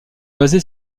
basé